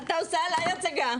אתה עושה עליי הצגה.